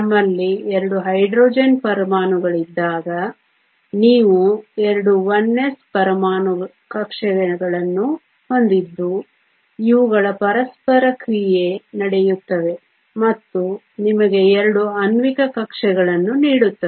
ನಮ್ಮಲ್ಲಿ ಎರಡು ಹೈಡ್ರೋಜನ್ ಪರಮಾಣುಗಳಿದ್ದಾಗ ನೀವು 2 1s ಪರಮಾಣು ಕಕ್ಷೆಗಳನ್ನು ಹೊಂದಿದ್ದು ಇವುಗಳು ಪರಸ್ಪರ ಕ್ರಿಯೆ ನಡೆಸುತ್ತವೆ ಮತ್ತು ನಿಮಗೆ ಎರಡು ಆಣ್ವಿಕ ಕಕ್ಷೆಗಳನ್ನು ನೀಡುತ್ತವೆ